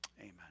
amen